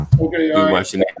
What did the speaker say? okay